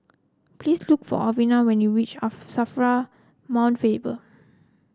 please look for Alwina when you reach Safra Mount Faber